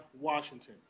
Washington